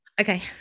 Okay